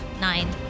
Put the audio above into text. nine